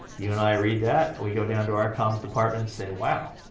you and i read that. we go down to our comms department and say, wow,